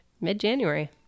mid-January